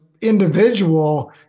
individual